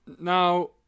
Now